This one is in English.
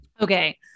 Okay